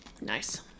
Nice